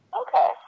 okay